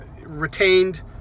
retained